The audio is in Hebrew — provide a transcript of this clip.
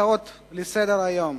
הצעות לסדר-היום.